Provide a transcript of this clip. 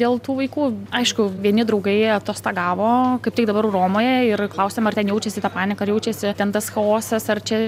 dėl tų vaikų aišku vieni draugai atostogavo kaip tik dabar romoje ir klausiama ar ten jaučiasi ta panika jaučiasi ten tas chaosas ar čia